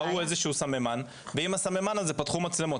ראו איזשהו סממן, ועם הסממן הזה פתחו מצלמות.